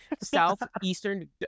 Southeastern